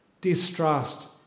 distrust